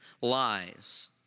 Lies